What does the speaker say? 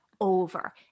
over